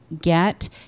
get